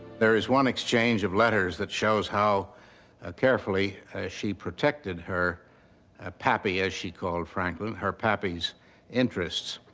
there is one exchange of letters that shows how ah carefully she protected her ah pappy, as she called franklin, her pappy's interests.